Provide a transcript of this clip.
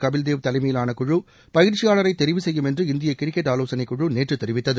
கபில்தேவ் தலைமையிலான குழு பயிற்சியாளரை தெரிவு செய்யும் என்று இந்திய கிரிக்கெட் ஆலோசனைக் குழு நேற்று தெரிவித்தது